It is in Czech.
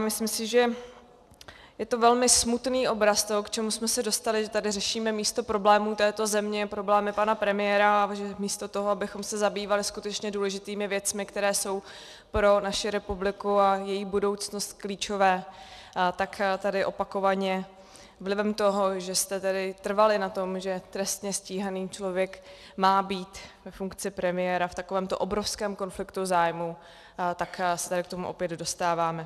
Myslím si, že je to velmi smutný obraz toho, k čemu jsme se dostali, že tady řešíme místo problémů této země problémy pana premiéra a místo toho, abychom se zabývali skutečně důležitými věcmi, které jsou pro naši republiku a její budoucnost klíčové, tak tady opakovaně vlivem toho, že jste trvali na tom, že trestně stíhaný člověk má být ve funkci premiéra, v takovémto obrovském konfliktu zájmů, tak se k tomu opět dostáváme.